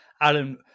Alan